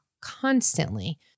constantly